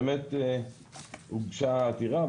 באמת הוגשה עתירה,